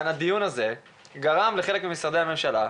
הדיון הזה גרם לחלק ממשרדי הממשלה,